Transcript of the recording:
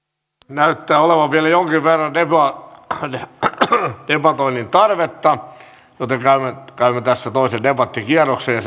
näyttää olevan vielä jonkin verran debatoinnin tarvetta joten käymme tässä toisen debattikierroksen ja